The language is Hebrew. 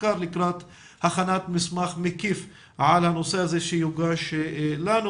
לקראת הכנת מסמך מקיף על הנושא הזה שיוגש לנו.